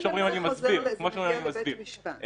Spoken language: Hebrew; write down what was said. זה מגיע לבית משפט.